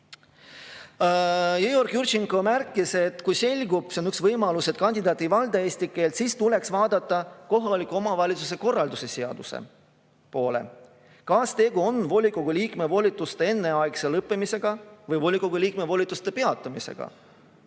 Jõeorg-Jurtšenko märkis, et kui selgub – see on üks võimalus –, et kandidaat ei valda eesti keelt, siis tuleks vaadata kohaliku omavalitsuse korralduse seaduse poole, kas tegu on volikogu liikme volituste ennetähtaegse lõppemisega või volikogu liikme volituste peatamisega.